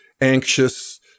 anxious